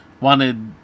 wanted